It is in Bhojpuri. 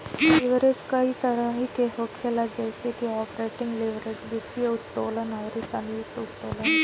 लीवरेज कई तरही के होला जइसे की आपरेटिंग लीवरेज, वित्तीय उत्तोलन अउरी संयुक्त उत्तोलन